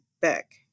back